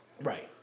Right